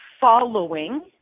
following